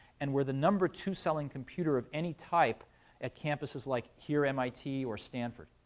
and we're the number two selling computer of any type at campuses, like here mit or stanford,